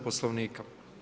Poslovnika.